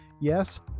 yes